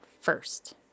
first